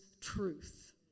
truth